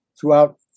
throughout